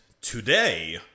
today